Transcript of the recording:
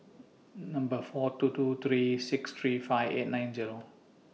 Number four two two three six three five eight nine Zero